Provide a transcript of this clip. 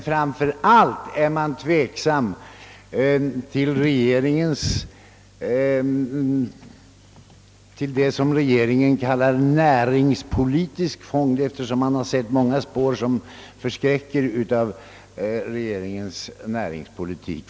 Framför sallt ställer man sig dock tveksam till vad regeringen kallar »näringspolitisk», eftersom man sett många spår som förskräcker i regeringens näringspolitik.